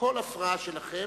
הפרעה שלכם,